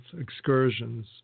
excursions